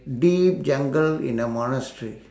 deep jungle in a monastery